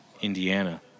indiana